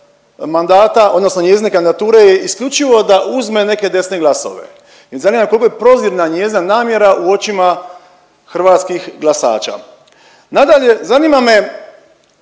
mandata, odnosno njezine kandidature je isključivo da uzme neke desne glasove. Mene zanima koliko je prozirna njezina namjera u očima hrvatskih glasača? Nadalje, zanima me